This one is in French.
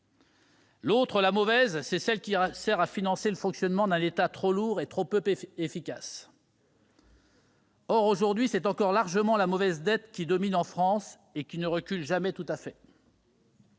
juste ! La mauvaise dette, c'est celle qui sert à financer le fonctionnement d'un État trop lourd et trop peu efficace. Or, aujourd'hui, c'est encore largement la mauvaise dette qui domine en France, et qui ne recule jamais tout à fait.